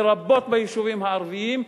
לרבות ביישובים הערביים,